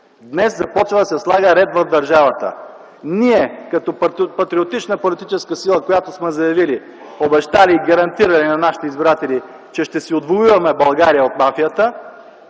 Днес започва да се слага ред в държавата. Ние, като патриотична политическа сила, която сме заявили, обещали и гарантирали на нашите избиратели, че ще си отвоюваме България от мафията,